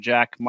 Jack